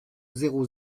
zéro